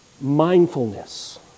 mindfulness